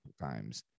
times